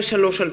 חנין,